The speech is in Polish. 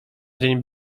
dzień